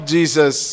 Jesus